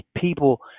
people